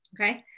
Okay